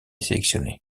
sélectionné